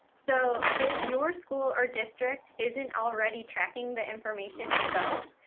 so, if your school or district isn't already tracking the information itself,